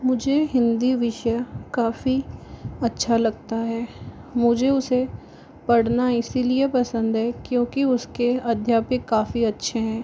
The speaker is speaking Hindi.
मुझे हिंदी विषय काफी अच्छा लगता है मुझे उसे पढ़ना इसीलिए पसंद है क्योंकि उसके अध्यापी काफी अच्छे हैं